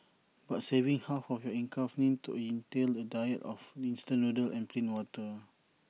but saving half of your income need to entail A diet of instant noodles and plain water